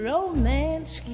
Romance